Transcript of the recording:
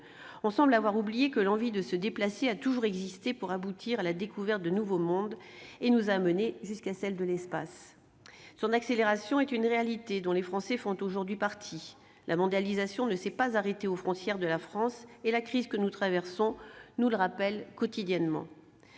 on semble avoir oublié que l'envie de se déplacer a toujours existé pour aboutir à la découverte de nouveaux mondes et jusqu'à celle de l'espace. Son accélération est une réalité dont les Français font aujourd'hui partie : la mondialisation ne s'est pas arrêtée aux frontières de la France et la crise que nous traversons nous le rappelle quotidiennement.